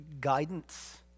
guidance